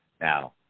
Now